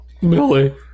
Billy